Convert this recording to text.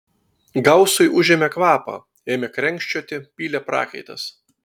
gausui užėmė kvapą ėmė krenkščioti pylė prakaitas